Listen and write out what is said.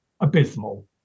abysmal